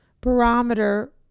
barometer